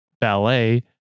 ballet